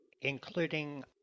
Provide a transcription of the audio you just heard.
including